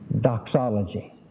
Doxology